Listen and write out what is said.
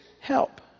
help